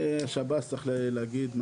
זה שב"ס צריך להגיד,